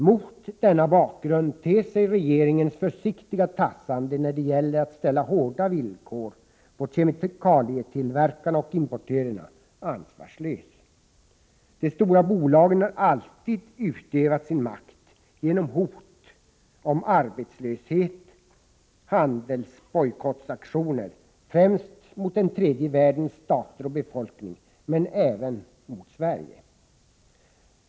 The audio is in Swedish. Mot denna bakgrund ter sig regeringens försiktiga tassande när det gäller att ställa hårda villkor på kemikalietillverkarna och importörerna ansvarslöst. De stora bolagen har alltid utövat sin makt genom hot om arbetslöshet, liksom genom handelsbojkottaktioner, främst mot den tredje världens stater och befolkning men även mot Sverige.